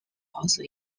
also